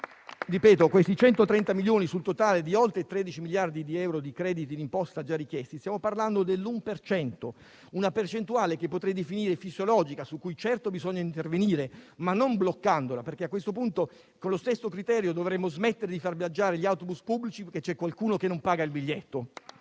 i 130 milioni sul totale di oltre 13 miliardi di euro di crediti d'imposta già richiesti stiamo parlando dell'1 per cento, una percentuale che potrei definire fisiologica, su cui certo bisogna intervenire, ma non bloccando, perché a questo punto con lo stesso criterio dovremmo smettere di far viaggiare gli autobus pubblici perché c'è qualcuno che non paga il biglietto.